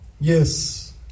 Yes